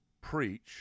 preach